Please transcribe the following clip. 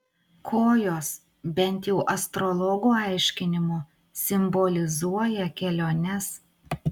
kojos bent jau astrologų aiškinimu simbolizuoja keliones